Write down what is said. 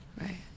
right